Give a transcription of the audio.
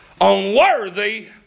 Unworthy